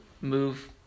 move